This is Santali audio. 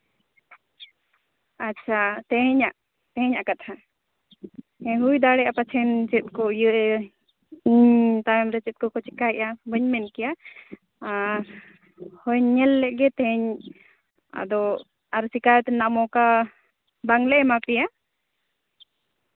ᱟᱪᱪᱷᱟ ᱛᱮᱦᱮᱧᱟᱜ ᱛᱮᱦᱮᱧᱟᱜ ᱠᱟᱛᱷᱟ ᱦᱮᱸ ᱦᱩᱭ ᱫᱟᱲᱭᱟᱜᱼᱟ ᱯᱟᱪᱷᱮᱱ ᱪᱮᱫ ᱠᱚ ᱤᱭᱟᱹ ᱤᱧ ᱛᱟᱭᱚᱢ ᱨᱮ ᱪᱮᱫ ᱠᱚᱠᱚ ᱪᱮᱠᱟᱭᱮᱫᱼᱟ ᱵᱟᱹᱧ ᱢᱮᱱ ᱠᱮᱭᱟ ᱦᱳᱭ ᱧᱮᱞ ᱞᱮᱫ ᱜᱮ ᱛᱟᱦᱮᱸᱫ ᱤᱧ ᱟᱫᱚ ᱟᱨ ᱪᱮᱠᱟᱛᱮᱱᱟᱜ ᱢᱚᱠᱟ ᱵᱟᱝ ᱞᱮ ᱮᱢᱟ ᱯᱮᱭᱟ